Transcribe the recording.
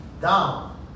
down